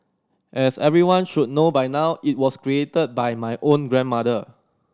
as everyone should know by now it was created by my own grandmother